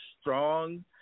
strong